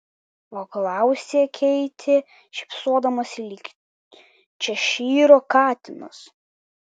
paklausė keitė šypsodamasi lyg češyro katinas